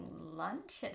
lunch